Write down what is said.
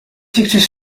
effectués